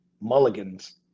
mulligans